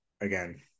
again